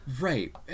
Right